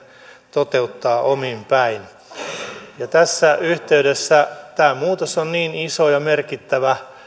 toteuttaa omin päin tässä yhteydessä tämä muutos on niin iso ja merkittävä